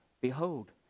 behold